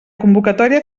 convocatòria